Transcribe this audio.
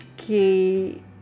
okay